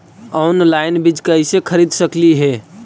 Online बीज कईसे खरीद सकली हे?